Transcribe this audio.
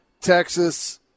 Texas